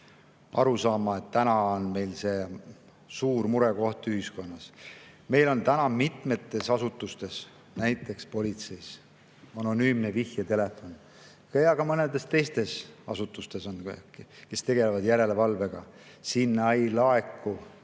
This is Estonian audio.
arusaama, et täna on meil see suur murekoht ühiskonnas. Aga meil on mitmes asutuses, näiteks politseis, anonüümne vihjetelefon, ka mõnedes teistes asutustes, kes tegelevad järelevalvega. Sinna ei laeku